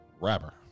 Rapper